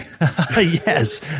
Yes